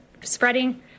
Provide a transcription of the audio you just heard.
spreading